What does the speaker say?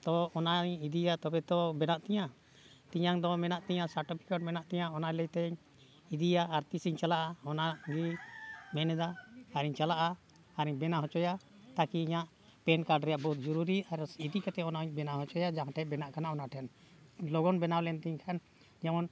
ᱛᱚ ᱚᱱᱟᱧ ᱤᱫᱤᱭᱟ ᱛᱚᱵᱮ ᱛᱚ ᱵᱮᱱᱟᱜ ᱛᱤᱧᱟᱹ ᱤᱧᱟᱹᱜ ᱫᱚ ᱢᱮᱱᱟᱜ ᱛᱤᱧᱟᱹ ᱥᱟᱨᱴᱚᱯᱷᱤᱠᱮᱴ ᱢᱮᱱᱟᱜ ᱛᱤᱧᱟᱹ ᱚᱱᱟ ᱞᱟᱹᱭᱛᱤᱧ ᱤᱫᱤᱭᱟ ᱟᱨ ᱛᱤᱥᱤᱧ ᱪᱟᱞᱟᱜᱼᱟ ᱚᱱᱟ ᱜᱮ ᱢᱮᱱᱮᱫᱟ ᱟᱨᱤᱧ ᱪᱟᱞᱟᱜᱼᱟ ᱟᱨᱤᱧ ᱵᱮᱱᱟᱣ ᱦᱚᱪᱚᱭᱟ ᱛᱟᱠᱤ ᱤᱧᱟᱹᱜ ᱯᱮᱱ ᱠᱟᱨᱰ ᱨᱮᱱᱟᱜ ᱵᱚᱦᱩᱛ ᱡᱩᱨᱩᱨᱤ ᱟᱨ ᱤᱫᱤ ᱠᱟᱛᱮᱫ ᱚᱱᱟᱦᱚᱧ ᱵᱮᱱᱟᱣ ᱦᱚᱪᱚᱭᱟ ᱡᱟᱦᱟᱸ ᱴᱷᱮᱱ ᱵᱮᱱᱟᱜ ᱠᱟᱱᱟ ᱚᱱᱟ ᱴᱷᱮᱱ ᱞᱚᱜᱚᱱ ᱵᱮᱱᱟᱣ ᱞᱮᱱ ᱛᱤᱧ ᱠᱷᱟᱱ ᱡᱮᱢᱚᱱ